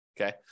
okay